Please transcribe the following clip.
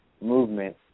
movement